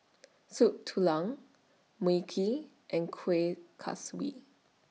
Soup Tulang Mui Kee and Kueh Kaswi